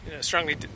strongly